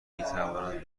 میتوانند